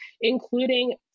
including